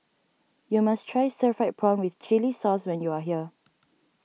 you must Try Stir Fried Prawn with Chili Sauce when you are here